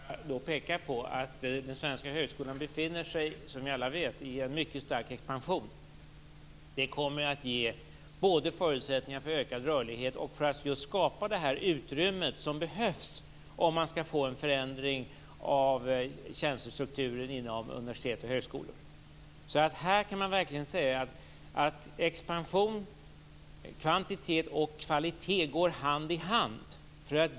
Fru talman! Till sist vill jag bara peka på att den svenska högskolan befinner sig i en mycket stark expansion, som alla vet. Det kommer att ge förutsättningar både för ökad rörlighet och för att just skapa det utrymme som behövs om det skall bli en förändring av tjänstestrukturen inom universitet och högskolor. Här kan man verkligen säga att expansion, kvantitet och kvalitet går hand i hand.